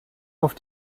auf